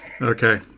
Okay